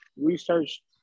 research